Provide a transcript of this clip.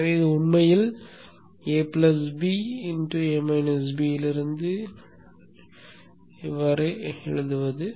எனவே இது உண்மையில் ab இலிருந்து a2 ஆகும்